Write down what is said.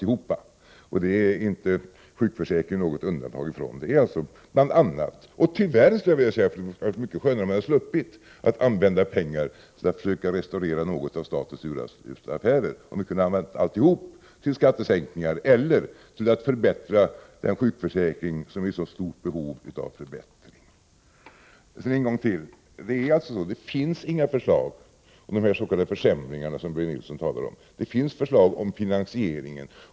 Sjukförsäkringen är inte något undantag. Detta är att använda pengar till att i någon mån försöka restaurera statens urusla affärer — och tyvärr är det nödvändigt; det hade varit mycket skönare om vi hade sluppit det. Vi hade varit glada om vi hade kunnat använda alltihop till skattesänkningar eller till att förbättra den sjukförsäkring som är i så stort behov av förbättring. Det finns inga förslag om försämringar, som Börje Nilsson talade om. Det finns förslag om finansieringen.